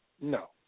No